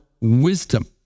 wisdom